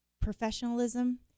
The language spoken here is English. professionalism